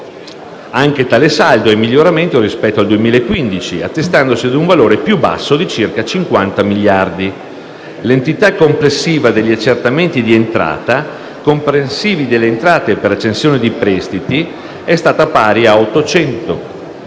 Anche tale saldo è in miglioramento rispetto al 2015, attestandosi a un valore più basso di circa 50 miliardi. L'entità complessiva degli accertamenti di entrata, comprensivi delle entrate per accensione di prestiti, pari a 845,9 miliardi